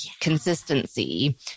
consistency